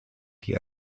die